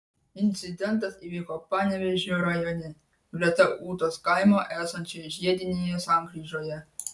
incidentas įvyko panevėžio rajone greta ūtos kaimo esančioje žiedinėje sankryžoje